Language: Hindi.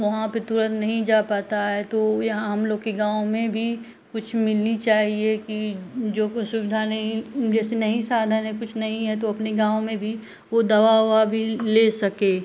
वहाँ पर तुरंत नहीं जा पाता है तो यहाँ हम लोग के गाँव में भी कुछ मिलनी चाहिए कि जो कुछ सुविधा नहीं जैसे नहीं साधन है कुछ नहीं है तो अपने गाँव में भी वो दवा ववा भी ले सके